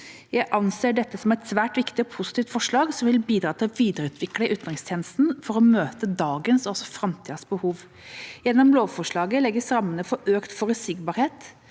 Jeg anser dette som et svært viktig og positivt forslag, som vil bidra til å videreutvikle utenrikstjenesten for å møte dagens og også framtidas behov. Gjennom lovforslaget legges rammene for økt forutsigbarhet